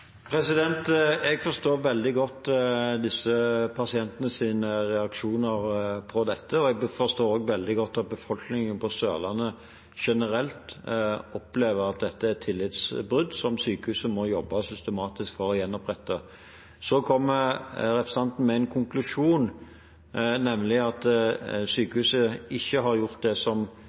Jeg forstår veldig godt disse pasientenes reaksjoner på dette, og jeg forstår også veldig godt at befolkningen på Sørlandet generelt opplever at dette er et tillitsbrudd, som sykehuset må jobbe systematisk for å gjenopprette. Representanten kom med en konklusjon, nemlig at sykehuset ikke har gjort det